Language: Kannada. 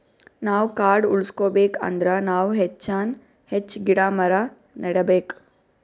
ನಾವ್ ಕಾಡ್ ಉಳ್ಸ್ಕೊಬೇಕ್ ಅಂದ್ರ ನಾವ್ ಹೆಚ್ಚಾನ್ ಹೆಚ್ಚ್ ಗಿಡ ಮರ ನೆಡಬೇಕ್